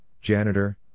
janitor